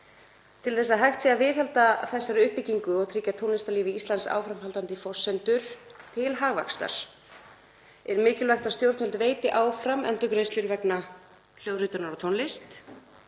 Til að hægt sé að viðhalda þessari uppbyggingu og tryggja tónlistarlífi á Íslandi áframhaldandi forsendur til vaxtar er mikilvægt að stjórnvöld veiti áfram endurgreiðslur vegna hljóðritunar á tónlist.